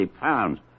pounds